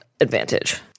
advantage